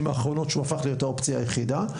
האחרונות כשהוא הפך להיות האופציה היחידה.